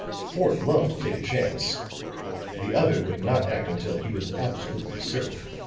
fort loved to take a chance the other, would not act until he was absolutely certain.